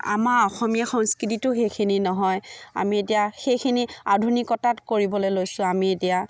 আমাৰ অসমীয়া সংস্কৃতিতো সেইখিনি নহয় আমি এতিয়া সেইখিনি আধুনিকতাত কৰিবলৈ লৈছোঁ আমি এতিয়া